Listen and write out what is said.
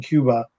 Cuba